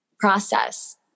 process